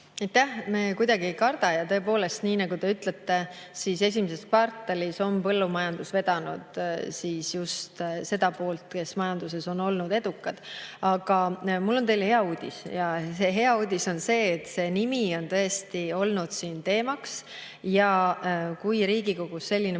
seda ei karda. Tõepoolest, nii nagu te ütlete, esimeses kvartalis põllumajandus vedas just seda poolt, mis majanduses oli edukas. Aga mul on teile hea uudis. See hea uudis on see, et see nimi on tõesti olnud siin teemaks. Kui Riigikogus selline